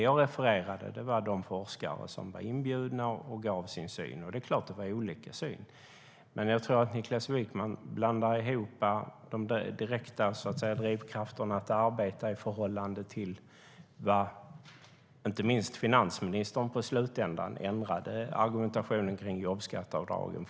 Jag refererade till de forskare som var inbjudna och som gav sin syn. Och det är klart att de hade olika uppfattningar. Men jag tror att Niklas Wykman blandar ihop de direkta drivkrafterna för att arbeta. Inte minst finansministern ändrade på slutet argumentationen om jobbskatteavdragen.